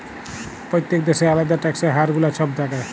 প্যত্তেক দ্যাশের আলেদা ট্যাক্সের হার গুলা ছব থ্যাকে